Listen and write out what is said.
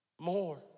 more